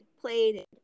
played